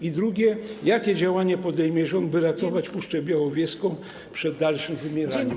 I drugie: Jakie działania podejmie rząd, by ratować Puszczę Białowieską przed dalszym wymieraniem?